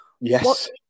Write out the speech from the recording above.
Yes